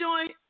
joint